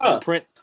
print